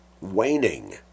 waning